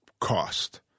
cost